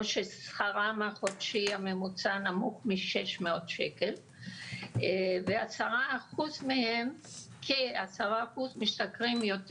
או ששכרם החודשי הממוצע נמוך מ-600 שקל וכ-10% משתכרים יותר